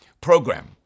program